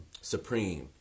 Supreme